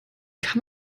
kann